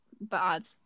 bad